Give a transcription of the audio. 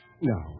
No